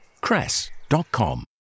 Cress.com